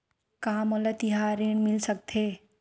का मोला तिहार ऋण मिल सकथे?